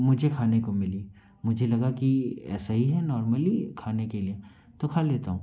मुझे खाने को मिली मुझे लगा कि ऐसा ही है नॉर्मली खाने के लिए तो खा लेता हूँ